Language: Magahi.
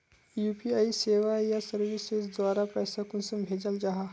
यु.पी.आई सेवाएँ या सर्विसेज द्वारा पैसा कुंसम भेजाल जाहा?